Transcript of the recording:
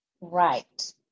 Right